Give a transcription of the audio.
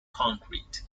concrete